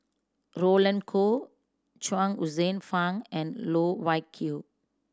Roland Goh Chuang Hsueh Fang and Loh Wai Kiew